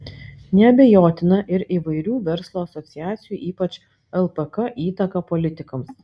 neabejotina ir įvairių verslo asociacijų ypač lpk įtaka politikams